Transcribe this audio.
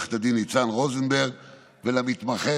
ולעו"ד ניצן רוזנברג ולמתמחה